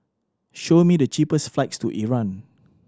show me the cheapest flights to Iran